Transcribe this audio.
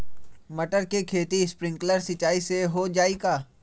मटर के खेती स्प्रिंकलर सिंचाई से हो जाई का?